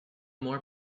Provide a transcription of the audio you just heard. more